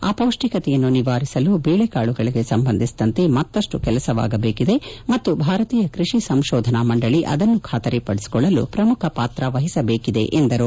ಅಪೌಷ್ಠಿಕತೆಯನ್ನು ನಿವಾರಿಸಲು ಬೇಳೆಕಾಳುಗಳಿಗೆ ಸಂಬಂಧಿಸಿದಂತೆ ಮತ್ತಷ್ಟು ಕೆಲಸವಾಗಬೇಕಿದೆ ಮತ್ತು ಭಾರತೀಯ ಕ್ವಡಿ ಸಂಶೋಧನಾ ಮಂಡಳಿ ಅದನ್ನು ಖಾತರಿ ಪಡಿಸಿಕೊಳ್ಳಲು ಪ್ರಮುಖ ಪಾತ್ರ ವಹಿಸಬೇಕಿದೆ ಎಂದರು